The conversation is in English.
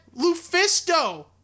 Lufisto